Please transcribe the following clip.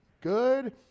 Good